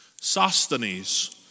Sosthenes